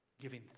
giving